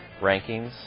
rankings